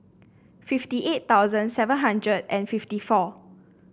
fifty eight thousand seven hundred and fifty four